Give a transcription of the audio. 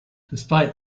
despite